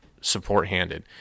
support-handed